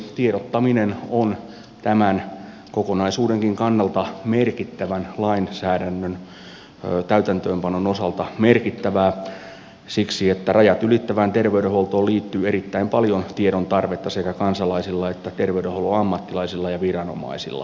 tiedottaminen on tämän kokonaisuudenkin kannalta merkittävän lainsäädännön täytäntöönpanon osalta merkittävää siksi että rajat ylittävään terveydenhuoltoon liittyy erittäin paljon tiedon tarvetta sekä kansalaisilla että terveydenhuollon ammattilaisilla ja viranomaisilla